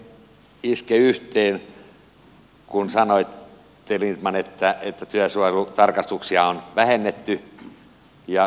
se ei oikein iske yhteen kun sanoitte lindtman että työsuojelutarkastuksia on vähennetty